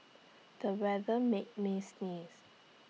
the weather made me sneeze